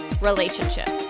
relationships